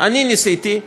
אני ניסיתי,